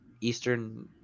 Eastern